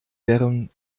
wären